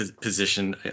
position